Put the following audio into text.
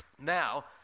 Now